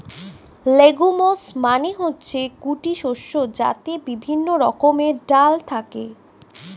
legumes মানে হচ্ছে গুটি শস্য যাতে বিভিন্ন রকমের ডাল থাকে